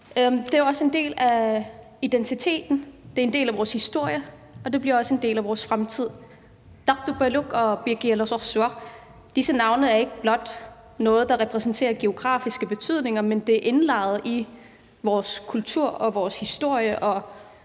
Det er også en del af identiteten. Det er en del af vores historie, og det bliver også en del af vores fremtid. Tartupaluk og Pikialasorsuaq er ikke blot navne, der repræsenterer geografiske betydninger, men noget, der er indlejret i vores kultur og vores historie